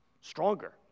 Stronger